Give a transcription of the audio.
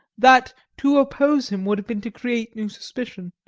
that to oppose him would have been to create new suspicion.